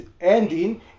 ending